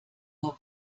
nur